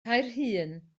caerhun